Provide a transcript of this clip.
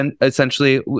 essentially